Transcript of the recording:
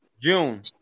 June